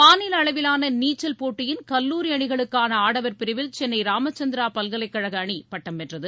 மாநில அளவிலான நீச்சல் போட்டியின் கல்லூரி அணிகளுக்கான ஆடவர் பிரிவில் சென்னை ராமச்சந்திரா பல்கலைக் கழக அணி பட்டம் வென்றது